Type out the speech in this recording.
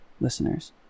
listeners